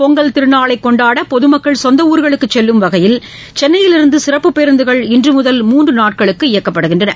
பொங்கல் திருநாளை கொண்டாட பொது மக்கள் சொந்த ஊர்களுக்கு செல்லும் வகையில் சென்னையிலிருந்து சிறப்பு பேருந்துகள் இன்று முதல் மூன்று நாட்களுக்கு இயக்கப்படுகின்றன